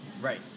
Right